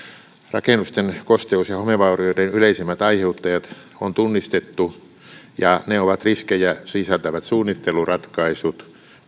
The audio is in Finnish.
rakennusten kosteus ja homevaurioiden yleisimmät aiheuttajat on tunnistettu ja ne ovat riskejä sisältävät suunnitteluratkaisut